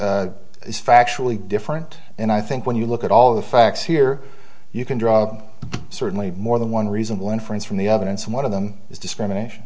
factually different and i think when you look at all the facts here you can draw certainly more than one reasonable inference from the evidence and one of them is discrimination